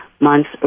months